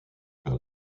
par